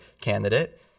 candidate